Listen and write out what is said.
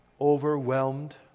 overwhelmed